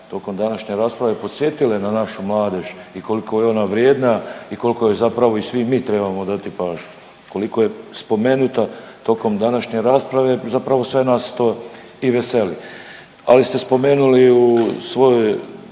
tokom današnje rasprave podsjetile na našu mladež i koliko je ona vrijedna i koliko joj zapravo i svi mi trebamo dati pažnju, koliko je spomenuta tokom današnje rasprave zapravo sve nas to i veseli. Ali ste spomenuli u svome